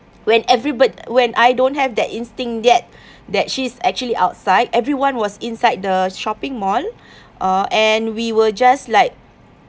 when everybody when I don't have that instinct yet that she's actually outside everyone was inside the shopping mall uh and we were just like